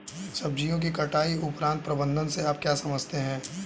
सब्जियों की कटाई उपरांत प्रबंधन से आप क्या समझते हैं?